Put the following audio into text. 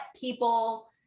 people